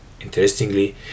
Interestingly